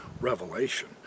revelation